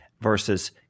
versus